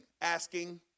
Asking